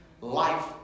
life